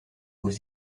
aux